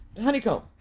honeycomb